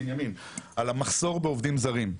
על המחסור בעובדים זרים.